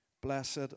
Blessed